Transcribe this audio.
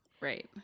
Right